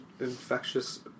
infectious